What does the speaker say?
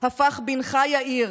הפך בנך יאיר,